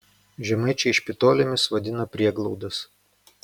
žemaičiai špitolėmis vadina prieglaudas